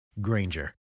Granger